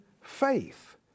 faith